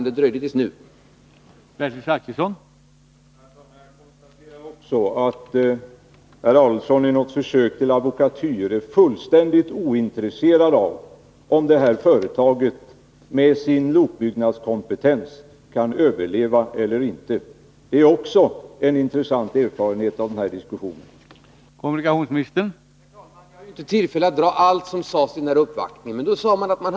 Det dröjde tills nu innan jag förstod det.